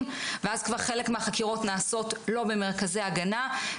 אז כבר חלק מהחקירות נעשה לא במרכזי ההגנה.